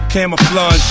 Camouflage